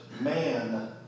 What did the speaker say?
man